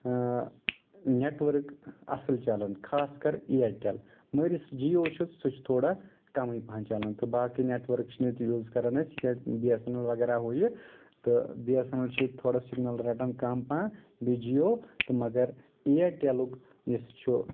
اۭں network اَصٕل چلان خاص کر اِیرٹل مگر یُس جیو چھُ سُہ چھُ تھوڑا کَمے پَہن چلان تہٕ باقی نیٹؤرک چھِ نہٕ اتہِ یوٗز کران أسۍ کیٚنہہ بی ایس این ایل وغیرہ ہُہ یہِ تہٕ بی ایس این ایل چھُ ییٚتہِ تھوڑا سگنل رَٹان کَم پہم بیٚیہِ جیو تہٕ مگر اِیرٹلُک یُس چھُ